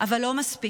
אבל לא מספיק.